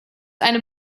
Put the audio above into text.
eine